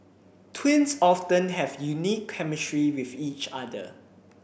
twins often have unique chemistry with each other